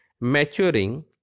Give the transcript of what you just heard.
maturing